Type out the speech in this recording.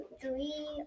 three